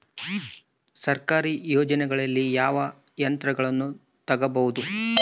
ಸರ್ಕಾರಿ ಯೋಜನೆಗಳಲ್ಲಿ ಯಾವ ಯಂತ್ರಗಳನ್ನ ತಗಬಹುದು?